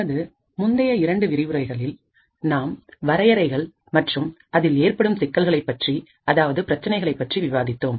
நமது முந்தைய இரண்டு விரிவுரைகளில் நாம் வரையறைகள் மற்றும் அதில் ஏற்படும் சிக்கல்களைப் பற்றி அதாவது பிரச்சினைகளைப் பற்றி விவாதித்தோம்